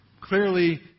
Clearly